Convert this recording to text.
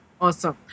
Awesome